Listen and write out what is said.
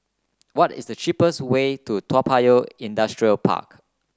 what is the cheapest way to Toa Payoh Industrial Park